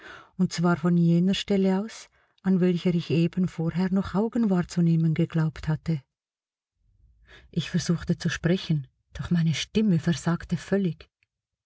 und zwar von jener stelle aus an welcher ich eben vorher noch augen wahrzunehmen geglaubt hatte ich versuchte zu sprechen doch meine stimme versagte völlig